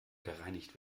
gereinigt